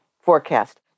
forecast